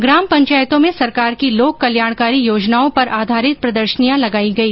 ग्राम पंचायतों में सरकार की लोक कल्याणकारी योजनाओं पर आधारित प्रदर्शनियां लगायी गई